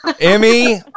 Emmy